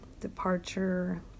departure